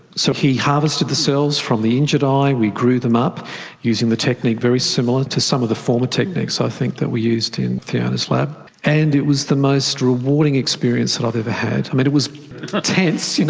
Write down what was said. so he harvested the cells from the injured eye and we grew them up using the technique very similar to some of the former techniques i think that were used in fiona's lab. and it was the most rewarding experience i've ever had. um it it was tense, you know